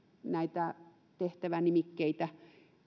näitä tehtävänimikkeitä